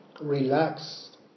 relaxed